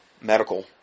medical